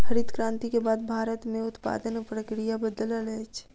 हरित क्रांति के बाद भारत में उत्पादन प्रक्रिया बदलल अछि